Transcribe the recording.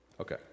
Okay